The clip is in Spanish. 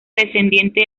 descendiente